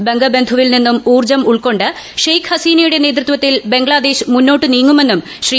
ബംഗബന്ധുവിൽ നിന്നും ഊർജ്ജമുൾക്കൊണ്ട് ഷേഖ് ഹസീനയുടെ നേതൃത്വത്തിൽ ബംഗ്ലാദേശ് മുന്നോട്ടു നീങ്ങുമെന്നും ശ്രീ